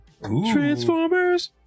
Transformers